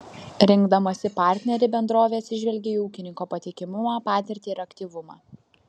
rinkdamasi partnerį bendrovė atsižvelgia į ūkininko patikimumą patirtį ir aktyvumą